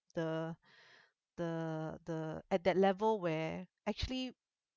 the the the at that level where actually